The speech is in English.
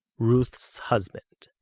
ruth's husband.